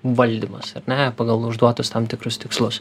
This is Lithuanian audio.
valdymas ar ne pagal užduotus tam tikrus tikslus